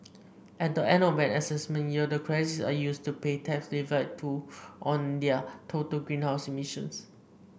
at the end of an assessment year the credits are used to pay tax levied to on their total greenhouse emissions